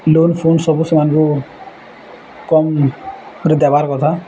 loan phone ସବୁ ସେମାନଙ୍କୁ କମ୍ରେ ଦେବାର୍ କଥା